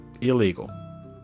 illegal